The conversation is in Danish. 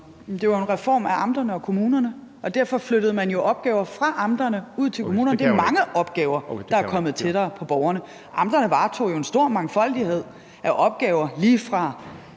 Det var jo en reform af amterne og kommunerne, og derfor flyttede man jo opgaver fra amterne ud til kommunerne. Det er mange opgaver, der er kommet tættere på borgerne. Amterne varetog jo en stor mangfoldighed af opgaver lige fra